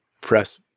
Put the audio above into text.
press